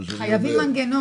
לא יודעים.